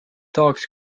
tahaks